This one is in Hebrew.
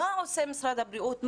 מה עושה משרד הבריאות?